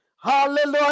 Hallelujah